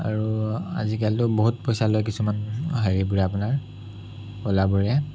আৰু আজিকালিটো বহুত পইচা লয় কিছুমান হেৰিবোৰে আপোনাৰ অ'লাবোৰে